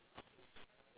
okay